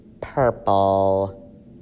Purple